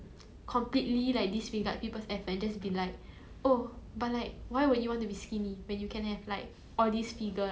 all these figures all these curves so I think ya I think so lah and I think one a bit sad thing is like